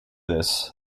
this